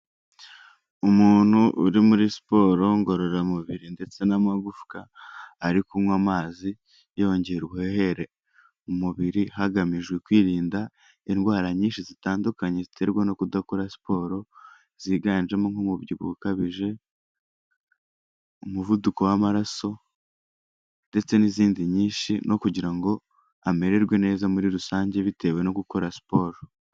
Umuntu uri muri siporo ngororamubiri ndetse n'amagufwa, ari kunywa amazi, yongera ubuhehere mu mubiri hagamijwe kwirinda indwara nyinshi zitandukanye ziterwa no kudakora siporo, ziganjemo nk'umubyibuho ukabije, umuvuduko w'amaraso ndetse n'izindi nyinshi no kugira ngo amererwe neza muri rusange bitewe no gukora siporo.